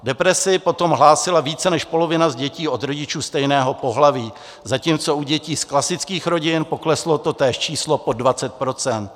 Depresi potom hlásila více než polovina z dětí od rodičů stejného pohlaví, zatímco u dětí z klasických rodin pokleslo totéž číslo pod 20 %.